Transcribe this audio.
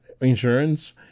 insurance